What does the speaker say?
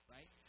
Right